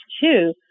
two